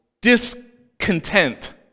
discontent